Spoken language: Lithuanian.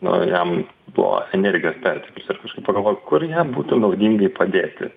nu jam buvo energijos perteklius ir kažkaip pagalvojau kur jam būtų naudinga jį padėti